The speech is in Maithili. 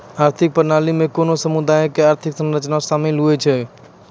आर्थिक प्रणाली मे कोनो समुदायो के आर्थिक संरचना शामिल होय छै